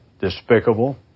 despicable